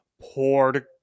poured